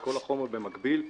כל החומר במקביל,